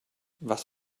was